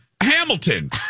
Hamilton